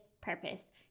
purpose